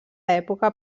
època